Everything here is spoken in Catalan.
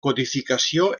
codificació